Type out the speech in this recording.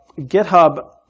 GitHub